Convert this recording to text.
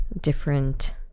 different